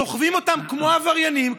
סוחבים אותם כמו עבריינים,